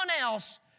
else